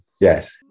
Yes